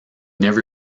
never